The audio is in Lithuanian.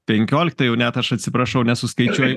penkiolikta jau net aš atsiprašau nesuskaičiuoju